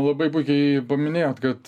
labai puikiai paminėjot kad